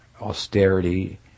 austerity